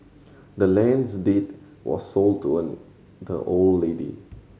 the land's deed was sold to an the old lady